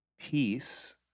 peace